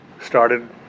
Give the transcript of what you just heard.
started